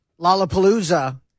Lollapalooza